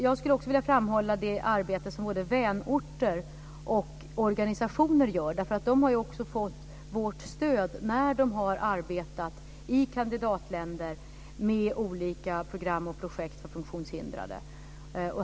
Jag skulle också vilja framhålla det arbete som både vänorter och organisationer gör därför att de har också fått vårt stöd när de har arbetat i kandidatländer med olika program och projekt för funktionshindrade.